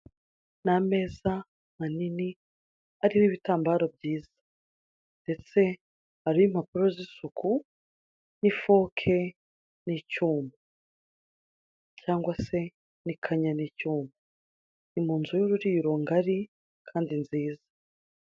Ni ameza manini ariho ibitambaro byiza. Ndetse ariho impapuro z'isuku, n'ifoke n'icyuma cyangwa se n'ikanya n'icyuma ni inzu y'uburiro ngari kandi nziza.